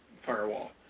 firewall